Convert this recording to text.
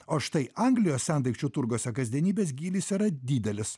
o štai anglijos sendaikčių turguose kasdienybės gylis yra didelis